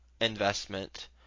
investment